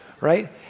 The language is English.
Right